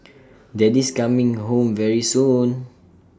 daddy's coming home very soon